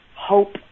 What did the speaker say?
hope